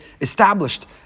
established